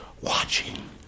watching